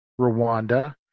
Rwanda